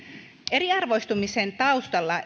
eriarvoistumisen taustalla